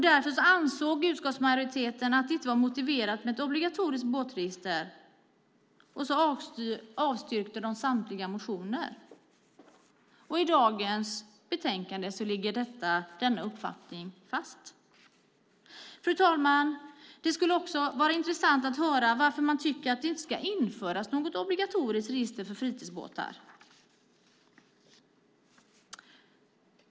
Därför ansåg utskottsmajoriteten att det inte var motiverat med ett obligatoriskt båtregister, och sedan avstyrkte de samtliga motioner. I dagens betänkande ligger denna uppfattning fast. Fru talman! Det skulle också vara intressant att höra varför man tycker att det inte ska införas något obligatoriskt register för fritidsbåtar.